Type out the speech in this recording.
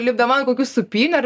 lipdavo ant kokių supynių ar